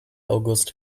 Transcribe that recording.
august